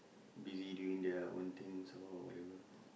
busy doing their own things so whatever